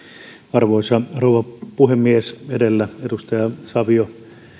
arvoisa rouva puhemies edellä edustaja savio